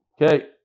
okay